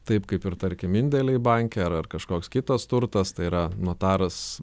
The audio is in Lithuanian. taip kaip ir tarkim indėliai banke ar ar kažkoks kitas turtas tai yra notaras